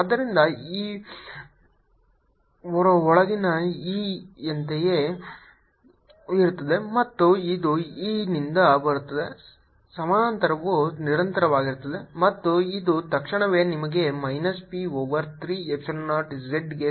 ಆದ್ದರಿಂದ E ಹೊರಗಿನ E ಒಳಗಿನ E ಯಂತೆಯೇ ಇರುತ್ತದೆ ಮತ್ತು ಇದು E ನಿಂದ ಬರುತ್ತದೆ ಸಮಾನಾಂತರವು ನಿರಂತರವಾಗಿರುತ್ತದೆ ಮತ್ತು ಇದು ತಕ್ಷಣವೇ ನಿಮಗೆ minus p over 3 epsilon 0 z ಗೆ ಸಮಾನವಾಗಿರುತ್ತದೆ